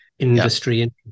industry